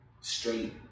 straight